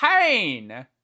pain